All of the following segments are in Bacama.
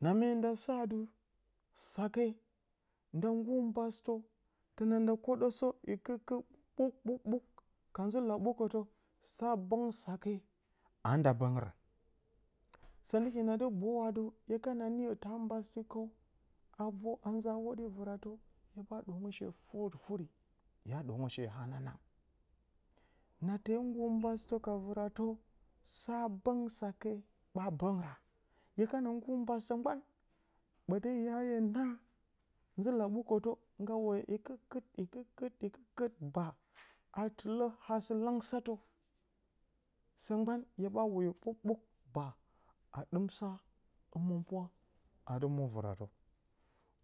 Na me nda sa adɨ, sake nda nggur mba sɨtə, təna nda kwoɗəsə hikɨtkɨt. Bukbukbuk ka zɨ laɓukətə sa bəng aka adɨ nda bəng raa səngɨn ɗɨki nadɨ boyu adi, hye kana iyo ta mbasɨti kəw, a vo, a nza hwo ɗi, vɨratə hye, ɓaa ɗwongə she furi furi, hya ɗwongə she hananang, nate nggur mbasɨtə ka vɨratə sa bəng sake, ɓaa bəng raa. Hye kana nggur mbasɨtə gban ɓəti hya, hye naa zɨ laɓukətə ngga woyo hikɨtkɨt hikɨt kɨt, baa, a tɨlə, haa st- langsətə sə gban, hye ɓaa woyo, ɓuk ɓuk baa a ɗɨm sa həmɨnpwa adɨ mwo vɨratə.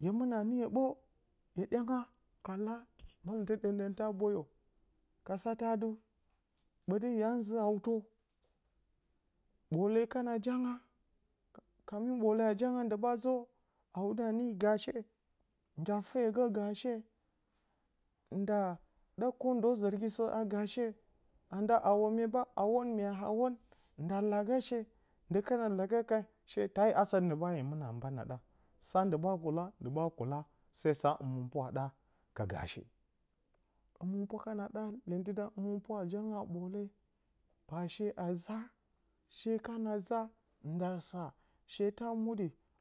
Hye mɨnə a niyo ɓə, hye ɗyangga ka ka malɨ tɨ ɗəmɗəmtə a boyo ka satə adɨ ɓəti ya, zɨ hautə a boyo ka satə adɨ ɓənti ya, zɨ hautə ɓole kana jyanga, ka ɓole a jyango ndɨ ɓaa zə a wudə a nii gaashe, nda fegə gaashe nda ɗa kondo, zərgi sə a gaashe, na nda hawo mye ɓaa hawon, mya hawon nda la-gashe, ndɨ kana la ga kan she ta ayo asə ndɨ ɓaa a mban mɨnə, a mban a ɗa, sa ndɨ ɓaa kuula ndɨ ɓaa kuula sai sa həmɨnpwe a ɗa ka gaashe. Həmɨnpwa kana ɗa, iyentɨ da həminpwa a jyanga ɓole, baa she a zaa, she kana saa, nda saa, she ta a muuɗɨ.